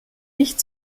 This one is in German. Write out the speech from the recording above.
nicht